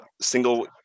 single